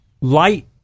light